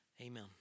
amen